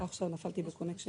לחיצה אחרונה, אני